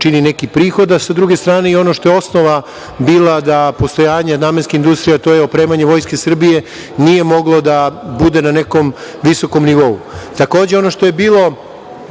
čini neki prihod, a sa druge strane i ono što je osnova bila da postojanje namenske industrije, a to je opremanje Vojske Srbije, nije moglo da bude na nekom visokom nivou. Takođe, ono što je bilo